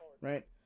right